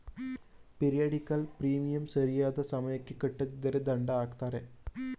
periodical premium ಸರಿಯಾದ ಸಮಯಕ್ಕೆ ಕಟ್ಟದಿದ್ದರೆ ದಂಡ ಹಾಕ್ತರೆ